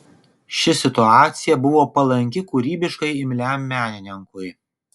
ši situacija buvo palanki kūrybiškai imliam menininkui